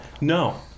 No